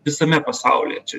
visame pasaulyje čia